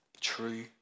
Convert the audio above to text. true